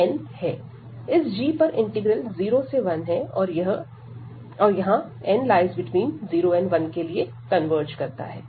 इस g पर integral 0 से 1 है और यह 0n1 के लिए कन्वर्ज करता है